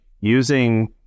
using